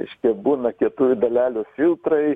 kažkiek būna kietųjų dalelių filtrai